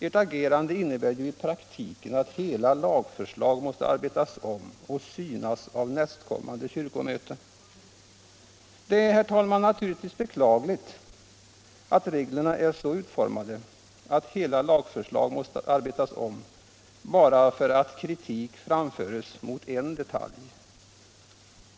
Ert agerande innebär ju i praktiken att hela lagförslag måste arbetas om och synas av nästkommande kyrkomöte!” Det är naturligtvis, herr talman, beklagligt att reglerna är så utformade att hela lagförslag måste arbetas om, bara därför att kritik framförs mot en detalj.